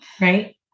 Right